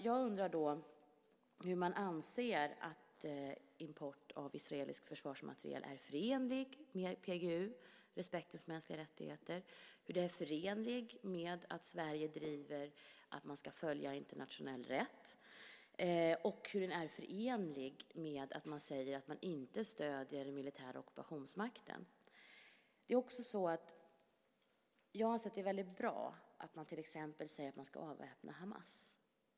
Jag undrar hur man anser att import av israelisk försvarsmateriel är förenlig med PGU, med respekten för mänskliga rättigheter, med att Sverige driver att internationell rätt ska följas och med att man säger att man inte stöder den militära ockupationsmakten. Jag anser att det är väldigt bra att man till exempel säger att man ska avväpna Hamas.